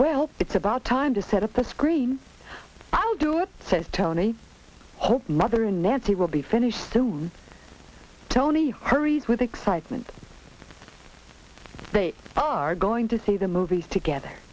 well it's about time to set up the screen i'll do it says tony old mother nancy will be finished soon tony hurries with excitement they are going to see the movies together